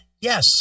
yes